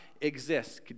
exists